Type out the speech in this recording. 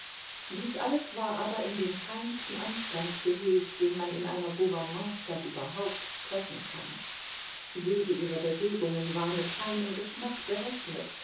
dies alles war aber in den feinsten anstand gehüllt den man in einer gouvernementsstadt überhaupt treffen kann jede ihrer bewegungen war mit feinem geschmack berechnet